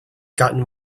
gotten